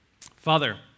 Father